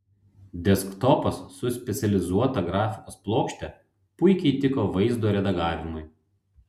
desktopas su specializuota grafikos plokšte puikiai tiko vaizdo redagavimui